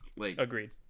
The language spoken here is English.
Agreed